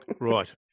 right